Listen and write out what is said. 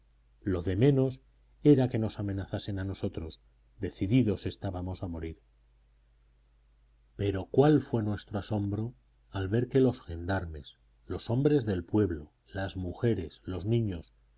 lo de menos era que nos amenazasen a nosotros decididos estábamos a morir pero cuál fue nuestro asombro al ver que los gendarmes los hombres del pueblo las mujeres los niños